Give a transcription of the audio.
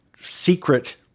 secret